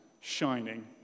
shining